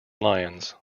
lions